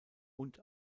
und